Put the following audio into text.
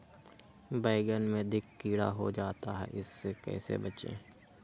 बैंगन में अधिक कीड़ा हो जाता हैं इससे कैसे बचे?